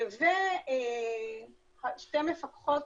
ושתי מפקחות,